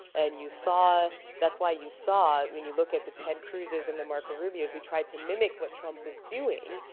and you saw that's why you saw when you look at the ted cruzes and the marco rubios, who tried to mimic what trump was doing.